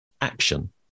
action